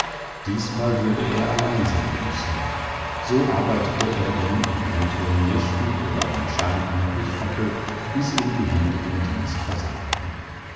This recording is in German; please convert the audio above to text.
diesmal würde er allein sammeln müssen so arbeitete er denn in mondhellen nächten oder beim schein einer pechfackel bis ihm die hände den dienst versagten